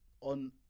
on